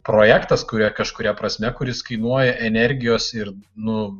projektas kuri kažkuria prasme kuris kainuoja energijos ir nu